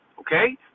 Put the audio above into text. Okay